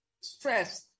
stress